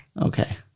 Okay